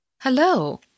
Hello